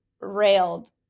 railed